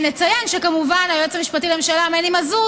נציין שכמובן היועץ המשפטי לממשלה מני מזוז